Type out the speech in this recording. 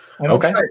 Okay